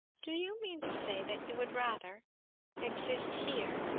do you mean to say that you would rather exist here,